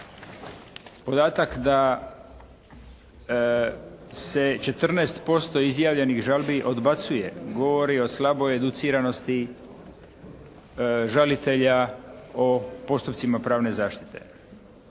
Podatak da se 14% izjavljenih žalbi odbacuje govori o slaboj educiranosti žalitelja o postupcima pravne zaštite.